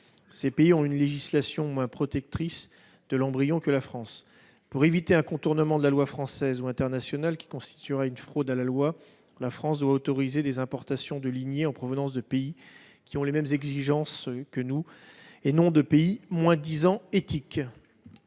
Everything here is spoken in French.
Ces pays sont dotés d'une législation moins protectrice de l'embryon que la France. Pour éviter un contournement de la loi française ou internationale qui constituerait une fraude à la loi, la France doit autoriser des importations de lignées en provenance de pays qui ont les mêmes exigences qu'elle, et non de pays moins-disants éthiques.